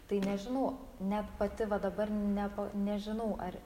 tai nežinau net pati va dabar nepa nežinau ar